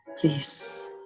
please